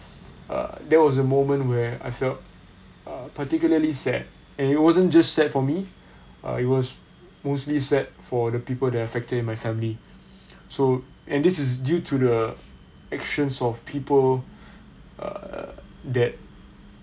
uh that was a moment where I felt uh particularly sad and it wasn't just sad for me it was mostly sad for the people that are affected in my family so and this is due to the actions of people err that